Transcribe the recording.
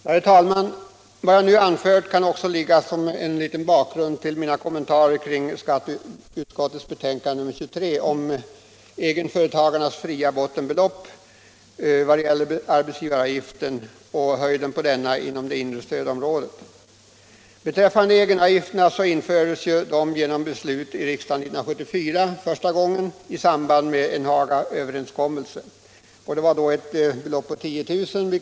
Herr talman! Vad jag nu har anfört kan också utgöra bakgrund till mina kommentarer kring skatteutskottets betänkande nr 23 om egenföretagarnas fria bottenbelopp i vad gäller arbetsgivaravgiften och höjden på denna inom det inre stödområdet. Egenavgifterna infördes genom beslut i riksdagen 1974 i samband med Hagaöverenskommelsen. Det fria beloppet var då 10 000 kr.